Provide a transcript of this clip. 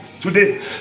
Today